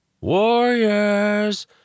Warriors